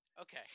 okay